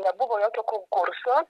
nebuvo jokio konkurso